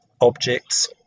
objects